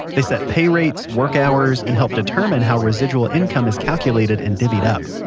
they set pay rates, work hours, and help determine how residual income is calculated and divied up.